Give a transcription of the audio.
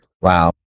Wow